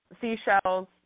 seashells